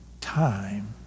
time